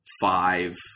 five